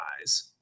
eyes